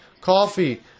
Coffee